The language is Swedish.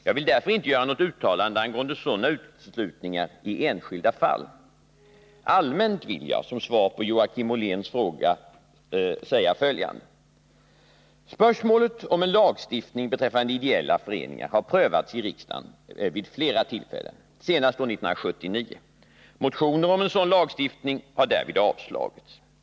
Jag vill därför inte göra något uttalande angående sådana uteslutningar i enskilda fall. Allmänt vill jag som svar på Joakim Olléns fråga säga följande. Spörsmålet om en lagstiftning beträffande ideella föreningar har prövats i riksdagen vid flera tillfällen, senast år 1979. Motioner om en sådan lagstiftning har därvid avslagits.